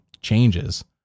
changes